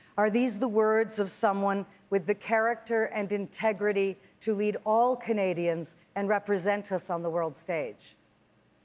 are these the words of someone with the character and integrity to lead all canadians and represent us on the world stage?